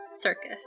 circus